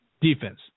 defense